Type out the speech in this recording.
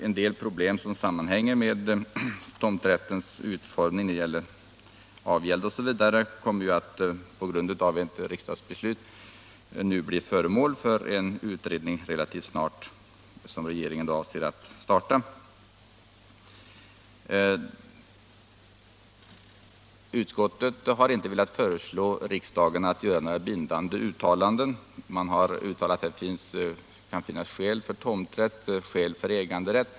En del problem som sammanhänger med tomträttens utformning när det gäller avgäld osv. kommer genom riksdagens beslut att relativt snart bli föremål för en utredning. Utskottet har inte velat föreslå riksdagen att göra några bindande uttalanden utan sagt att det kan finnas skäl för tomträtt och att det kan finnas skäl för äganderätt.